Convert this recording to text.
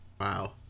Wow